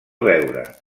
beure